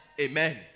Amen